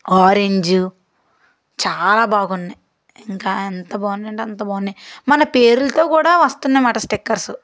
orange చాలా బాగున్నాయి ఇంకా ఎంత బాగున్నాయి అంటే అంత బాగున్నాయి మన పేరులతో కూడా వస్తున్నాయి మాట స్టిక్కర్స్